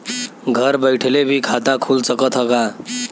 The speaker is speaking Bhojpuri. घरे बइठले भी खाता खुल सकत ह का?